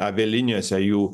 avialinijose jų